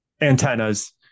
antennas